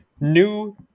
New